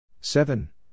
seven